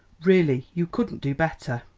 really, you couldn't do better.